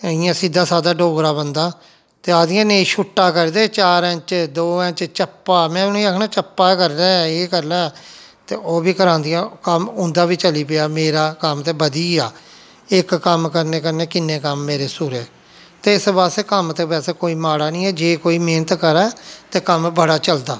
इ'यां सिद्धा सादा डोगरा बंदा आं ते आक्खदियां नेईं छुट्टा करी दे चार इंच दौ इंच चप्पा में उ'नेंगी आखना चप्पा करी ले एह् करी ले ते ओह् बी करांदियां कम्म उं'दा बी चली पेआ मेरा कम्म ते बधी गेआ इक कम्म करने कन्ने किन्ने कम मेरे सुवरै ते इस वास्ते कम्म ते वैसे कोई माड़ा निं ऐ जे कोई मैहनत करै ते कम्म बडा चलदा